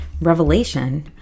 revelation